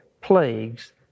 plagues